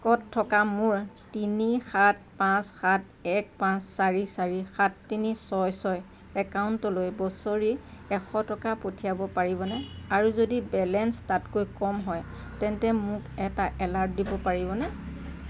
থকা মোৰ তিনি সাত পাঁচ সাত এক পাঁচ চাৰি চাৰি সাত তিনি ছয় ছয় একাউণ্টলৈ বছৰি এশ টকা পঠিয়াব পাৰিবনে আৰু যদি বেলেঞ্চ তাতকৈ কম হয় তেন্তে মোক এটা এলাৰ্ট দিব পাৰিবনে